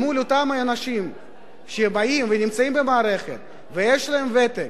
מול אותם אנשים שבאים ונמצאים במערכת ויש להם ותק.